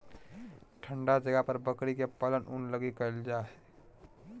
ठन्डा जगह पर बकरी के पालन ऊन लगी कईल जा हइ